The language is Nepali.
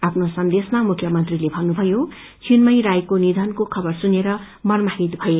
आफ्नो सन्देशमा मुख्यमन्त्रीले भन्नुमयो चिन्मय रायको निषनको खबर सुनेर मर्माहित भए